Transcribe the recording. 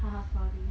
funny